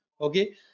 okay